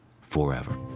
forever